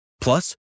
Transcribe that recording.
Plus